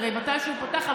הרי מתישהו זה ייפתח.